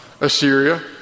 Assyria